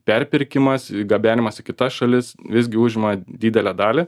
perpirkimas gabenimas į kitas šalis visgi užima didelę dalį